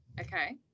Okay